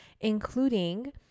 Including